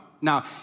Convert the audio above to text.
now